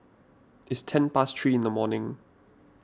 its ten past three in the morning